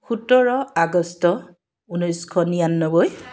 সোতৰ আগষ্ট ঊনৈছশ নিৰান্নব্বৈ